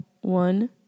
One